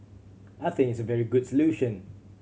I think it's a very good solution